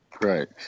Right